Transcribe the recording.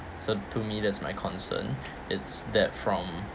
so to me that's my concern it's that from